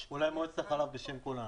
אולי מועצת החלב בשם כולנו.